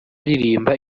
ririmba